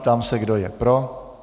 Ptám se, kdo je pro.